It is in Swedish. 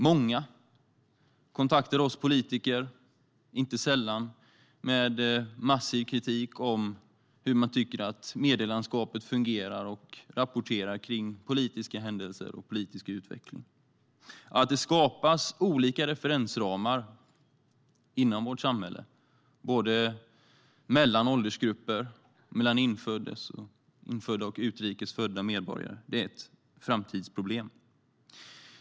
Många kontaktar oss politiker, inte sällan med massiv kritik mot hur medielandskapet fungerar och hur politiska händelser och politisk utveckling rapporteras. Att det skapas olika referensramar inom vårt samhälle, både mellan olika åldersgrupper och mellan infödda och utrikes födda medborgare är ett framtidsproblem.